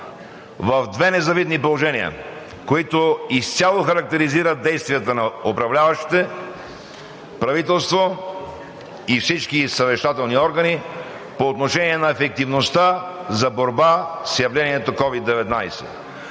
в две незавидни положения, които изцяло характеризират действията на управляващите, правителството и всички съвещателни органи по отношение на ефективността за борба с явлението COVID-19.